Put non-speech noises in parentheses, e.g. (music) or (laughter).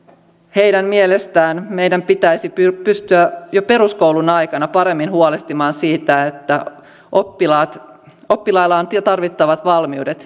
heidän mielestään meidän pitäisi pystyä jo peruskoulun aikana paremmin huolehtimaan siitä että oppilailla on tarvittavat valmiudet (unintelligible)